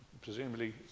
presumably